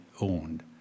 owned